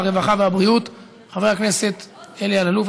הרווחה והבריאות חבר הכנסת אלי אלאלוף.